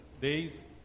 days